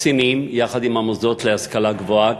קצינים יחד עם המוסדות להשכלה גבוהה,